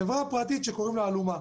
חברה פרטית שקוראים לה אלומה,